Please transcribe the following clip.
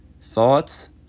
Thoughts